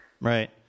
Right